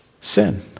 sin